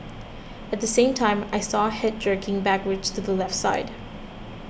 at the same time I saw head jerking backwards to the left side